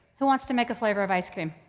who wants to make a flavor of ice cream?